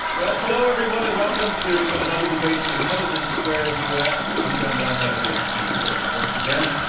well, hello everyone, and welcome to another debate from intelligence squared us, i'm john donvan of abc news, and once again,